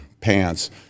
pants